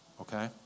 Okay